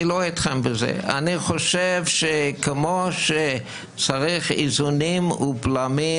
אני חושב שכמו שצריך איזונים ובלמים